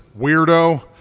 weirdo